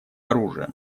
оружием